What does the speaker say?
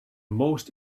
most